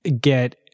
get